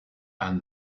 and